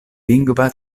lingva